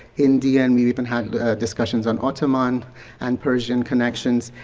indian. we even had discussions on ottoman and persian connections.